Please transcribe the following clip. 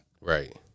Right